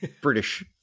British